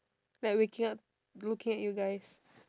like waking up looking at you guys